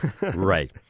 Right